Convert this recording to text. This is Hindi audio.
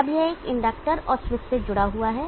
अब यह एक इंडक्टर और स्विच से जुड़ा हुआ है